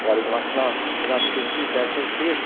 وعلیکُم اسلام جناب ٹھیٖک چھُو صحت چھِ حظ ٹھیٖک